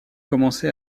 commencé